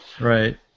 Right